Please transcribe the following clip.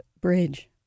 Bridge